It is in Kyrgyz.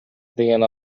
деген